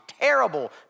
terrible